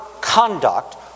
conduct